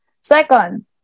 Second